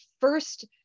first